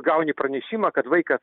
gauni pranešimą kad vaika